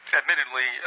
admittedly